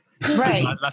Right